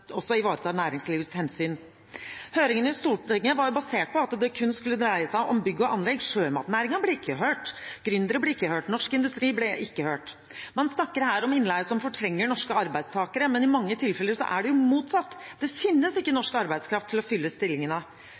også ivaretok næringslivets hensyn. Høringen i Stortinget var basert på at det kun skulle dreie seg om bygg og anlegg. Sjømatnæringen ble ikke hørt, gründere ble ikke hørt, Norsk Industri ble ikke hørt. Man snakker her om innleie som fortrenger norske arbeidstakere, men i mange tilfeller er det jo motsatt – det finnes ikke norsk arbeidskraft til å fylle stillingene.